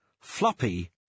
Floppy